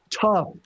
tough